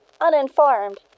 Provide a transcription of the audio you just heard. Uninformed